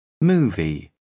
movie